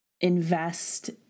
invest